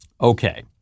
Okay